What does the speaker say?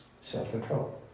Self-control